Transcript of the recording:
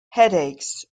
headaches